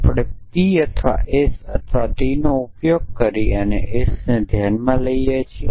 આપણે P અથવા S અથવા T નો ઉપયોગ કરી શકીએ છીયે ચાલો આપણે S ને ધ્યાનમાં લઈએ છીએ